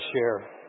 share